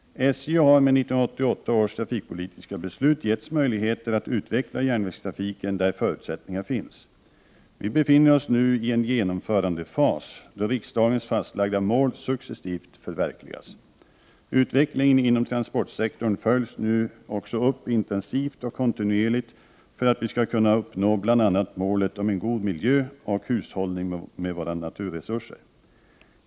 SJ har med 1988 års trafikpolitiska beslut getts möjligheter att utveckla järnvägstrafiken där förutsättningar finns. Vi befinner oss nu i en genomförandefas då riksdagens fastlagda mål successivt förverkligas. Utvecklingen inom transportsektorn följs nu också upp intensivt och kontinuerligt för att vi skall kunna uppnå bl.a. målet om en god miljö och hushållning med våra naturresurser.